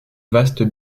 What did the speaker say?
vastes